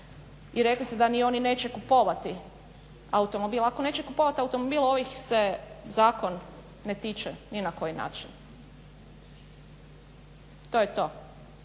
i rekli ste da ni oni neće kupovati automobil. Ako neće kupovati automobil ovaj ih se zakon ne tiče ni na koji način. To je to,